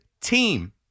team